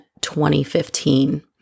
2015